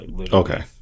okay